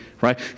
right